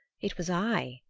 it was i,